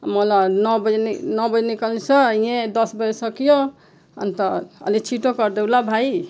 मलाई नौ बजी नि नौ बजी निकाल्नु छ यहीँ दस बजिसक्यो अन्त अलि छिटो गरिदेऊ ल भाइ